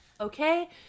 okay